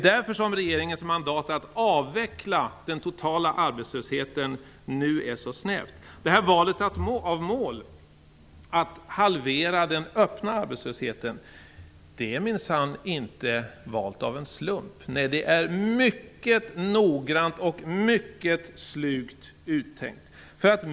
Därför är regeringens mandat att avveckla den totala arbetslösheten nu så snävt. Valet av mål - att halvera den öppna arbetslösheten - är inte gjort av en slump. Nej, det är mycket noggrant och slugt uttänkt.